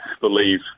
believe